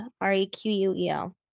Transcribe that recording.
R-E-Q-U-E-L